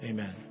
Amen